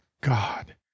god